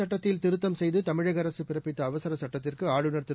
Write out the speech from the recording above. சுட்டத்தில் திருத்தம் செய்து தமிழக அரசு பிறப்பித்த அவசரச் சுட்டத்திற்கு ஆளுநர் திரு